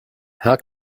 how